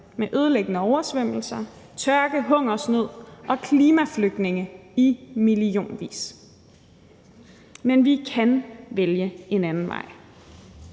med ødelæggende oversvømmelser, tørke, hungersnød og klimaflygtninge i millionvis. Men vi kan vælge en anden vej,